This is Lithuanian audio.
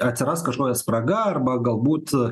atsiras kažkokia spraga arba galbūt